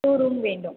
two room வேண்டும்